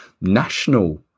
national